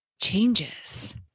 changes